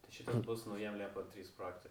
tai šitas bus naujam liepa trys projekte